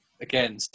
again